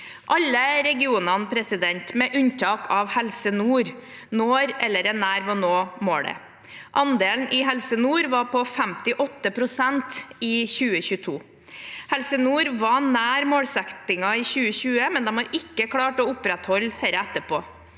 Alle regionene, med unntak av Helse Nord, når eller er nær ved å nå målet. Andelen i Helse Nord var på 58 pst. i 2022. Helse Nord var nær målsettingen i 2020, men har ikke klart å opprettholde dette etterpå.